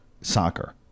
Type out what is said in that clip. Soccer